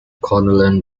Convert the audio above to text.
colonel